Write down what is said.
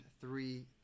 three